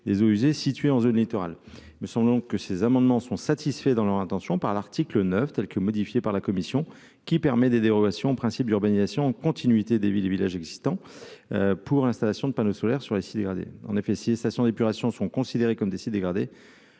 des eaux usées situé en zone littorale me semble donc que ces amendements sont satisfaits dans leur intention par l'article 9, telle que modifiée par la commission qui permet des dérogations au principe d'urbanisation continuité des villes et villages existants pour l'installation de panneaux solaires sur les sites dégradés, en effet, si les stations d'épuration sont considérés comme des sites dégradés,